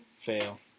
fail